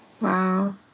Wow